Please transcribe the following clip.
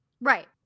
Right